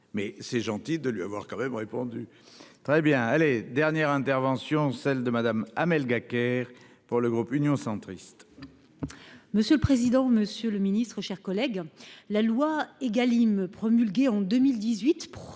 mais c'est gentil de lui avoir quand même répondu très bien allez dernières interventions celle de madame Amel Gacquerre. Pour le groupe Union centriste. Monsieur le président, Monsieur le Ministre, chers collègues, la loi Egalim promulguée en 2018,